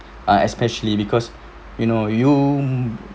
ah especially because you know you